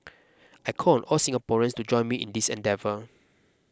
I call on all Singaporeans to join me in this endeavour